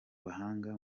bahanga